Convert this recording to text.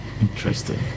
interesting